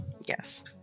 Yes